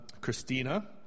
Christina